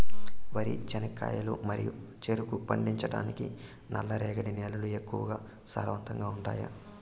వరి, చెనక్కాయలు మరియు చెరుకు పండించటానికి నల్లరేగడి నేలలు ఎక్కువగా సారవంతంగా ఉంటాయా?